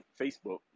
Facebook